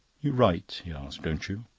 you write, he asked, don't you?